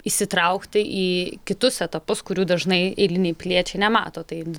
įsitraukti į kitus etapus kurių dažnai eiliniai piliečiai nemato tai